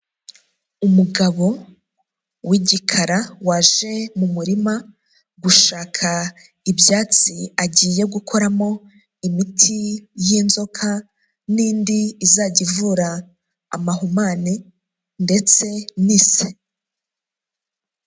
Umugabo w'igikara waje mu murima gushaka ibyatsi agiye gukoramo imiti y'inzoka n'indi izajya ivura amahumane ndetse n'ise.